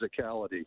physicality